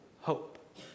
hope